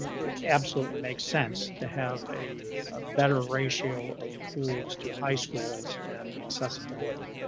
it absolutely makes sense to have a ah better ratio of pools to high schools and accessibility,